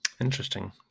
Interesting